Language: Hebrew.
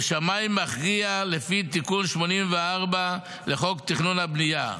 ושמאי מכריע לפי תיקון 84 לחוק התכנון והבנייה,